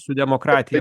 su demokratija